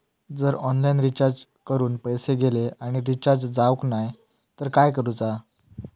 जर online recharge करून पैसे गेले आणि रिचार्ज जावक नाय तर काय करूचा?